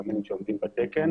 קמינים שעומדים בתקן,